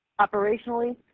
Operationally